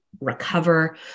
recover